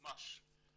ממש,